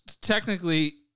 technically